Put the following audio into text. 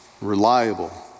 reliable